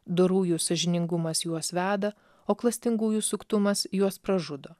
dorųjų sąžiningumas juos veda o klastingųjų suktumas juos pražudo